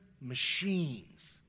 machines